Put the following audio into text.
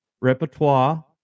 repertoire